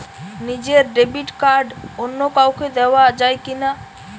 নিজের debit card অন্য কাউকে দেওয়া যায় কি না?